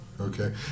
Okay